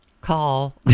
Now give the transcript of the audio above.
call